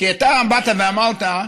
אתה באת ואמרת,